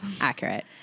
Accurate